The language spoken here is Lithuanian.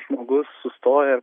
žmogus sustoja